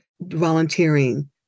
volunteering